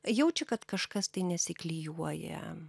jaučia kad kažkas nesiklijuoja